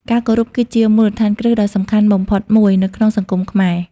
ការគោរពគឺជាមូលដ្ឋានគ្រឹះដ៏សំខាន់បំផុតមួយនៅក្នុងសង្គមខ្មែរ។